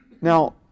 Now